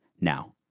Now